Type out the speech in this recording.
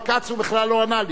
על כץ הוא בכלל לא ענה לי.